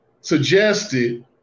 suggested